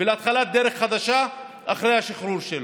ולהתחלת דרך חדשה אחרי השחרור שלו.